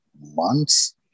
months